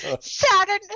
Saturn